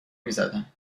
میزدن